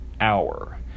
hour